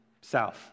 south